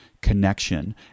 connection